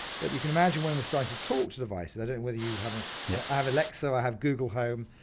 but you can imagine when we're starting to talk to devices, i don't know whether you have, ah yeah i have alexa, i have google home,